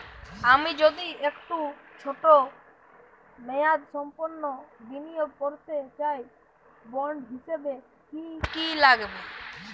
আমি যদি একটু ছোট মেয়াদসম্পন্ন বিনিয়োগ করতে চাই বন্ড হিসেবে কী কী লাগবে?